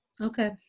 Okay